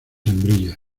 hembrillas